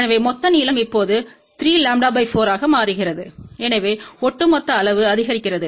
எனவே மொத்த நீளம் இப்போது 3λ 4 ஆக மாறுகிறது எனவே ஒட்டுமொத்த அளவு அதிகரிக்கிறது